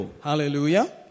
Hallelujah